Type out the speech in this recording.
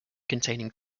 containing